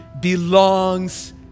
belongs